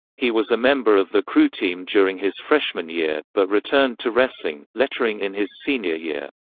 he was a member of the crew team during his freshman year, but returned to wrestling, lettering in his senior year.